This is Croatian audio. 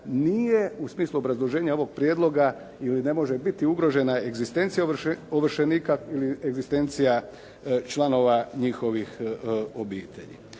nije u smislu obrazloženja ovog prijedloga ili ne može biti ugrožena egzistencija ovršenika ili egzistencija članova njihovih obitelji.